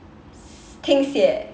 s~ 听写